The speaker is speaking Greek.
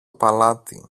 παλάτι